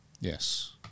Yes